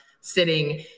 sitting